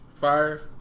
fire